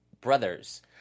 brothers